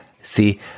See